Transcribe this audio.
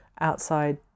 outside